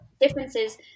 differences